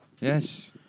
Yes